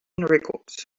records